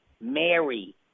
Mary